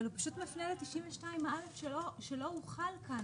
אבל הוא פשוט מפנה לסעיף 92(א) שלא הוחל כאן.